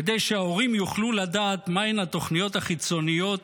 כדי שההורים יוכלו לדעת מה הן התוכניות החיצוניות